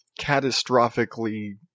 catastrophically